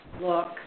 look